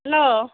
hello